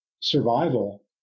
survival